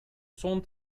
son